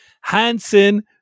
Hansen